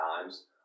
times